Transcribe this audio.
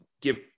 give